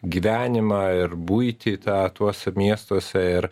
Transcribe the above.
gyvenimą ir buitį tą tuose miestuose ir